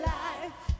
life